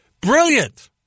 Brilliant